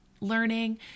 learning